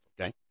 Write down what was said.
okay